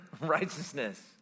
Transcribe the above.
righteousness